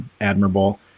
admirable